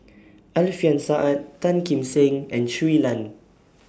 Alfian Sa'at Tan Kim Seng and Shui Lan